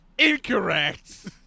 Incorrect